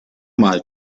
mal